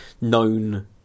known